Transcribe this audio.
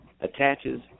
attaches